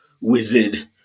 wizard